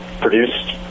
produced